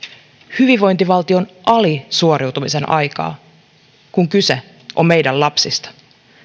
hyvinvointivaltion alisuoriutumisen aikaa kun kyse on meidän lapsistamme